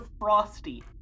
frosty